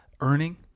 earning